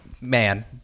man